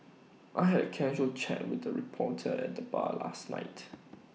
I had casual chat with the reporter at the bar last night